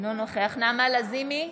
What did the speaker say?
אינו נוכח נעמה לזימי,